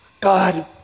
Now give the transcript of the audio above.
God